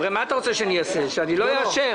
ומה אתה רוצה, שאני לא אאשר?